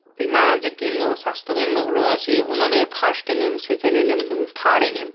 বিমা যে কেন্দ্র স্বাস্থ্য কেন্দ্রগুলো আছে ওনাদের ফার্স্ট এএনএম সেকেন্ড এএনএম এবং থার্ড এএনএম